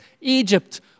Egypt